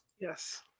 Yes